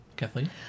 Kathleen